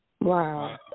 Wow